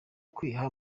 kwiha